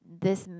this